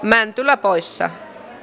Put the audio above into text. mäntylä poissa